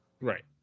Right